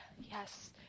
yes